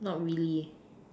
not really